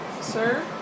sir